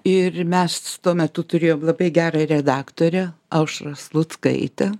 ir mes tuo metu turėjom labai gerą redaktorę aušrą sluckaitę